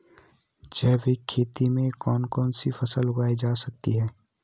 जैविक खेती में कौन कौन सी फसल उगाई जा सकती है?